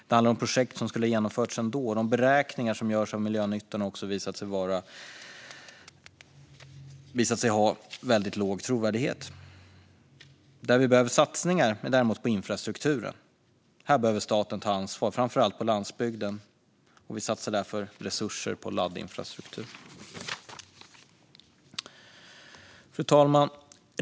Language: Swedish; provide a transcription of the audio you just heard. Det handlar om projekt som ändå skulle ha genomförts, och de beräkningar som görs av miljönyttan har också visat sig ha väldigt låg trovärdighet. Det vi däremot behöver ha satsningar på är infrastrukturen. Här behöver staten ta ansvar, framför allt på landsbygden. Vi satsar därför resurser på laddinfrastruktur. Fru talman!